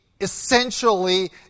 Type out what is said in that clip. essentially